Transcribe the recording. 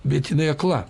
bet jinai akla